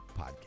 podcast